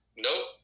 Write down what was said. Nope